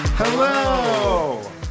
Hello